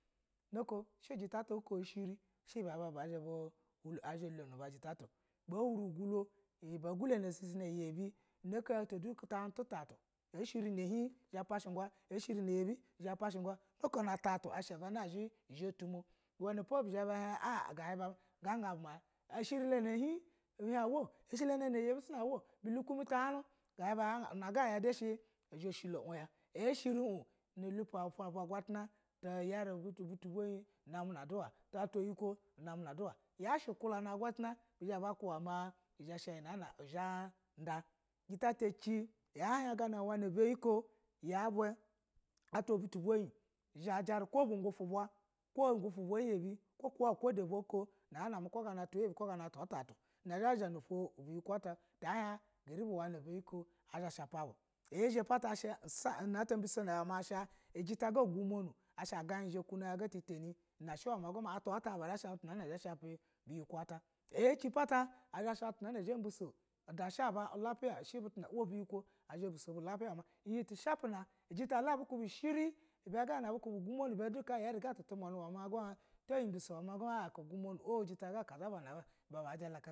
Nako she jita oko a zha ohulo a zha olono no ba jitata ba huri gulo ba huri gulo ba gulani ya yabi noko yati du ta hanu tutadu a sheri na hin ya pashugu sheri na yabi zha ya pashu gila no ko ashe ri na tatu noko ya zha ya she kono ulanipo bi zha ba hin a bishe na hin goga buma ya ashiri la na hin bu luku mi tahamu a she ri la na hin be hin aulo bishi ri laa yabi bi hin a aulo lulanip ga bu maya bu lukumi ya ta hanu na ga da gaga u ma ya na ga di azha a she lo un ya nu lupa na oto ajwatana tiyari tutu butubyi bu nami na mi na adua tiyari biyiko bu nami na adua yashe ukulana ya agwatana izha sha iyi na zha ya kla ya ve liuno ba yiko jita ci atula dutu byi zha ji atula ko agufu ba ayabi oko koda uba ko gana atula ayabi ko atula atulatatatu na zha ya zha na ofo zhaiya zha gari ubuyikula tu ya bwe ya gree bu wanabayiko zha ya sha pa bu ta azha ya bapa at asha amapi ma jita ata ugumu gonu a gai zha ya kuno ya du ti tani ibe na zha ya sha atula ata aba zha ya shapi ya du bukula ata biyu ko ata aci apata azha sha atula na zha a biso uda sha aba lapio shi butu na uula bu yiko iyitishe pina ijita ga na la a she ibe ganari ugumu gono ibe du iyi ma ta hin biso mu jita gana ibɛ jala kaka.